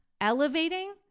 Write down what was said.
elevating